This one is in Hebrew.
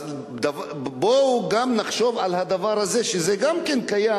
אז בואו נחשוב גם על הדבר הזה, שגם זה קיים,